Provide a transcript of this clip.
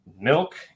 milk